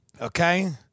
Okay